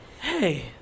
hey